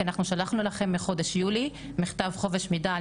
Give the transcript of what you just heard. כי אנחנו שלחנו אליכם מחודש יוני מכתב חופש מידע על